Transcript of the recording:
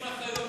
לוקחים אחריות,